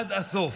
עד הסוף.